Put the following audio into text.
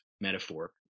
metaphor